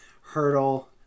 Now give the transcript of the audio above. Hurdle